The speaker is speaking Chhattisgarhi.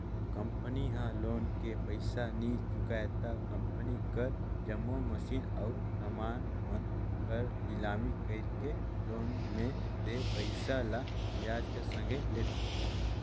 कंपनी ह लोन के पइसा नी चुकाय त कंपनी कर जम्मो मसीन अउ समान मन कर लिलामी कइरके लोन में देय पइसा ल बियाज कर संघे लेथे